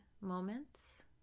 moments